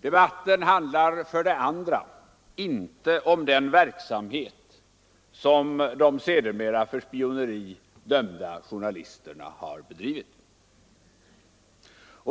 Debatten handlar för det andra inte om den verksamhet som de sedermera för spioneri dömda journalisterna bedrivit.